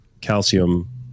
calcium